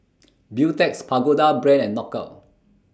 Beautex Pagoda Brand and Knockout